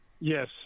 Yes